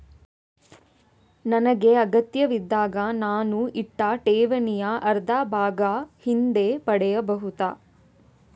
ನನಗೆ ಅಗತ್ಯವಿದ್ದಾಗ ನಾನು ಇಟ್ಟ ಠೇವಣಿಯ ಅರ್ಧಭಾಗ ಹಿಂದೆ ಪಡೆಯಬಹುದಾ?